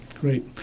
Great